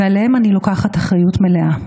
ועליהם אני לוקחת אחריות מלאה.